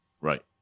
right